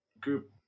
group